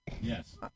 Yes